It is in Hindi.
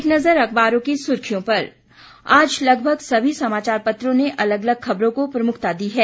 एक नज़र अखबारों की सुर्खियों पर आज लगभग सभी समाचारपत्रों ने अलग अलग खबरों को प्रमुखता दी है